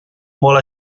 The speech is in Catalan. molt